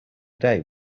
day